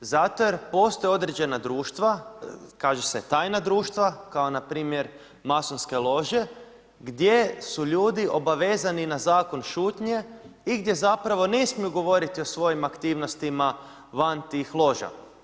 Zato jer postoje određena društva, kaže se tajna društva kao npr. masonske lože gdje su ljudi obavezani na zakon šutnje i gdje zapravo ne smiju govoriti o svojim aktivnostima van tih loža.